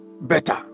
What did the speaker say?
better